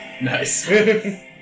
Nice